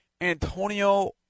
Antonio